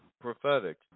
prophetic